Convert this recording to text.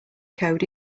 code